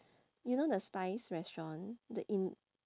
you know the spize restaurant the in